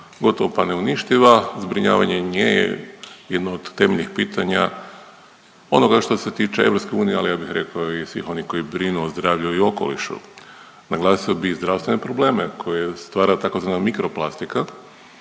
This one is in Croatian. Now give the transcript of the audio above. gotovo pa neuništiva. Zbrinjavanje i nje je jedno od temeljnih pitanja onoga što se tiče EU, ali ja bih rekao i svih oni koji brinu o zdravlju i okolišu. Naglasio bih i zdravstvene probleme koje stvara tzv. mikroplastika.